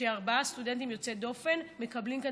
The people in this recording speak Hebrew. שארבעה סטודנטים יוצאי דופן מקבלים כאן